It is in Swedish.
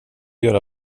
göra